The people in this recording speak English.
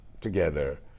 together